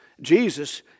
Jesus